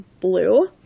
blue